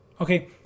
okay